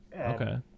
Okay